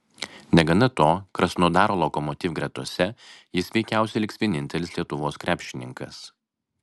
negana to krasnodaro lokomotiv gretose jis veikiausiai liks vienintelis lietuvos krepšininkas